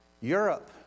Europe